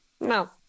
no